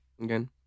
again